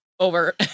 Over